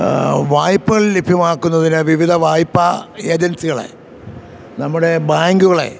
വായ്പ്പകൾ ലഭ്യമാക്കുന്നതിന് വിവിധ വായ്പ്പ ഏജൻസികളെ നമ്മുടെ ബാങ്കുകളെ